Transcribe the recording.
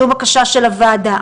זו בקשה של הוועדה.